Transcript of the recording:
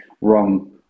wrong